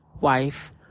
wife